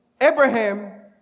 Abraham